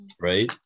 Right